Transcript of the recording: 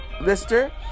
Lister